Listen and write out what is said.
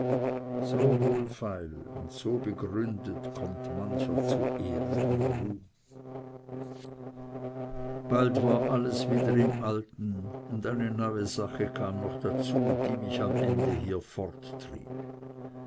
so wohlfeil und so begründet kommt mancher zu ehren und ruhm aber nicht nur zu unverstand sondern am meisten in den hauptstädten und nicht nur ehemals sondern auch jetzt bald war alles wieder im alten und eine neue sache kam noch dazu die am ende